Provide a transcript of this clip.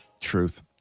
Truth